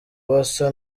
basa